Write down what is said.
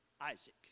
Isaac